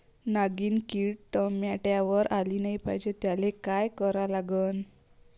नागिन किड टमाट्यावर आली नाही पाहिजे त्याले काय करा लागन?